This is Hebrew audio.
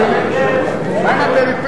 בעד,